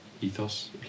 ethos